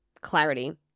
clarity